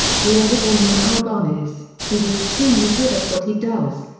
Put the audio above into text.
whoever damon albarn is, he's extremely good at what he does.